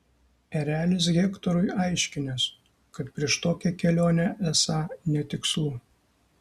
erelis hektorui aiškinęs kad prieš tokią kelionę esą netikslu